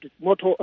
Motor